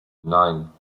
nein